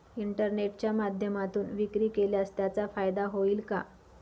इंटरनेटच्या माध्यमातून विक्री केल्यास त्याचा फायदा होईल का?